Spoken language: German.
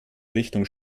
richtung